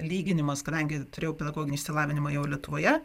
lyginimas kadangi turėjau pedagoginį išsilavinimą jau lietuvoje